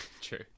true